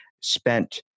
spent